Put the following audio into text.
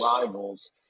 rivals